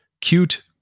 cute